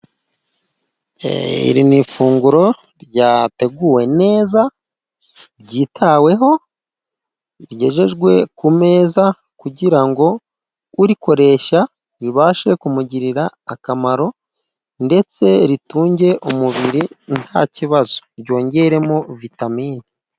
Iri ni ifunguro ryateguwe neza ryitaweho rigejejwe ku meza kugira ngo urikoresha bibashe kumugirira akamaro, ndetse ritunge umubiri nta kibazo ryongeremo vitamine.